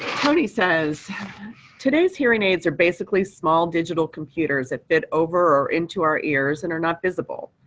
tony says today's hearing aids are basically small digital computers that fit over or into our ears and are not visible.